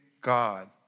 God